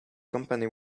company